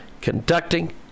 conducting